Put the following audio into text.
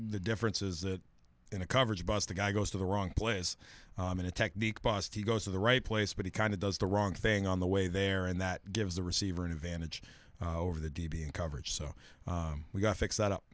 the difference is that in a coverage bust a guy goes to the wrong place in a technique bost he goes to the right place but he kind of does the wrong thing on the way there and that gives the receiver an advantage over the d b in coverage so we got fix that up